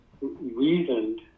reasoned